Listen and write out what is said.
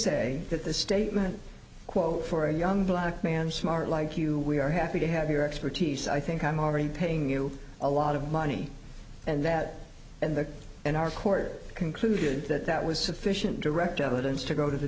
that the statement quote for a young black man smart like you we are happy to have your expertise i think i'm already paying you a lot of money and that and there in our court concluded that that was sufficient direct evidence to go to the